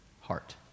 heart